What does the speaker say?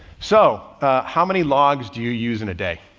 so how many logs do you use in a day?